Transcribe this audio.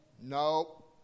no